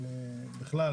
בכלל,